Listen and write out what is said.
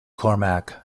cormac